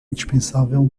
indispensável